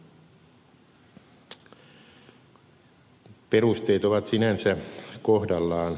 perusteet ovat sinänsä kohdallaan